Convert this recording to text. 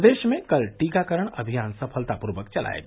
प्रदेश में कल टीकाकरण अभियान सफलतापूर्वक चलाया गया